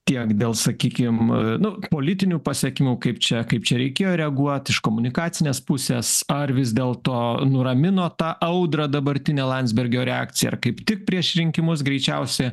tiek dėl sakykim nu politinių pasekmių kaip čia kaip čia reikėjo reaguot iš komunikacinės pusės ar vis dėlto nuramino tą audrą dabartinė landsbergio reakcija kaip tik prieš rinkimus greičiausia